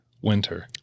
winter